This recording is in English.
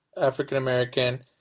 African-American